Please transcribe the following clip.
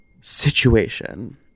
situation